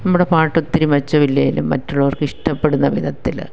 നമ്മുടെ പാട്ടൊത്തിരി മെച്ചമില്ലെങ്കിലും മറ്റുള്ളവർക്ക് ഇഷ്ടപ്പെടുന്ന വിധത്തിൽ